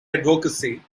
advocacy